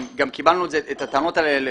גם קיבלנו את הטענות האלה,